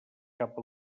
cap